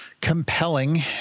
compelling